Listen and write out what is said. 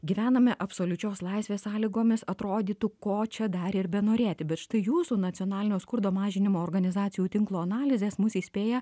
gyvename absoliučios laisvės sąlygomis atrodytų ko čia dar ir benorėti bet štai jūsų nacionalinio skurdo mažinimo organizacijų tinklo analizės mus įspėja